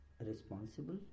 responsible